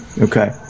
Okay